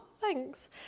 thanks